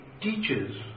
teaches